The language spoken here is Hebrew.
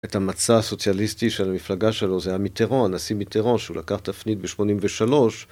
את המצע הסוציאליסטי של המפלגה שלו, זה מיטראן, הנשיא מיטראן, שהוא לקח תפנית ב-83.